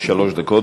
שלוש דקות.